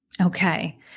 Okay